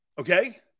okay